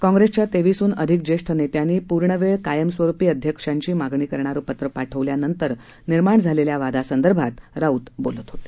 काँग्रेसच्या तेवीसहन अधिक ज्येष्ठ नेत्यांनी पूर्णवेळ कायमस्वरुपी अध्यक्षाची मागणी करणारं पत्र पाठवल्यानंतर निर्माण झालेल्या वादासंदर्भात राऊत बोलत होते